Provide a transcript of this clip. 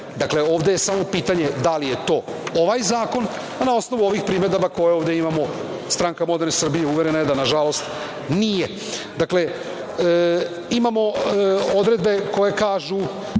Dakle, ovde je samo pitanje da li je to ovaj zakon, a na osnovu ovih primedaba koje ovde imamo, SMS uverena je da nažalost nije. Dakle, imamo odredbe koje kažu